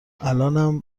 الانم